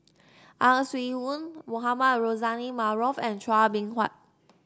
Ang Swee Aun Mohamed Rozani Maarof and Chua Beng Huat